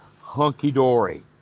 hunky-dory